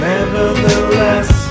Nevertheless